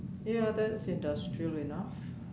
ya that's industrial enough